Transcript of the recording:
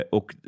Och